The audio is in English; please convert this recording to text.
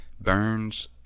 Burns